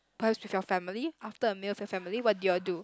perhaps with your family after a meal with your family what do you all do